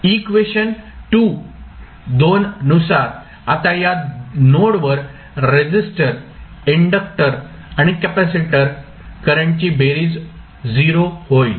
equation नुसार आता या नोडवर रेझिस्टर इन्डक्टर आणि कॅपेसिटर करंटची बेरीज 0 होईल